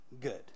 good